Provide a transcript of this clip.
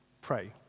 pray